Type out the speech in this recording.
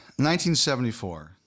1974